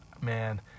man